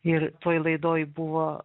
ir toj laidoj buvo